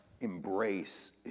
embrace